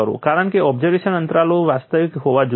કારણ કે ઓબ્ઝર્વેશન અંતરાલો વાસ્તવિક હોવા જોઈએ